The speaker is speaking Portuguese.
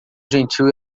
gentil